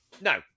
No